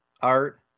art